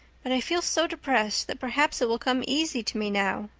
but i feel so depressed that perhaps it will come easy to me now.